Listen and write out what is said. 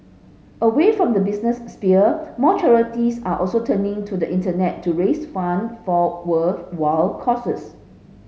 away from the business sphere more charities are also turning to the Internet to raise fund for worthwhile causes